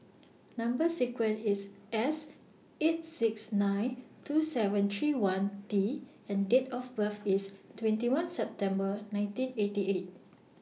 Number sequence IS S eight six nine two seven three one T and Date of birth IS twenty one September nineteen eighty eight